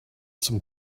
some